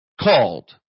Called